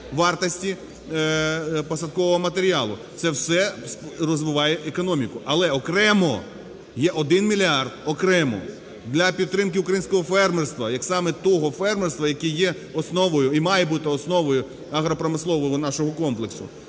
вартості посадкового матеріалу. Це все розвиває економіку. Але окремо є один мільярд, окремо для підтримки українського фермерства, як саме того фермерства, яке є основою і має бути основою агропромислового нашого комплексу.